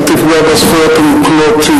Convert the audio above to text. אל תפגע בזכויות המוקנות,